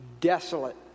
desolate